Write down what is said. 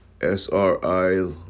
SRI